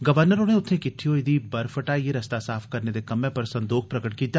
governor होरें उत्थे किट्टी होई दी बर्फ हटाइयै रस्ता साफ करने दे कम्मै पर संदोख प्रगट कीता